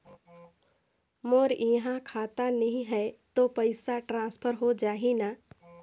मोर इहां खाता नहीं है तो पइसा ट्रांसफर हो जाही न?